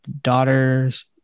daughter's